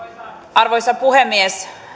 arvoisa puhemies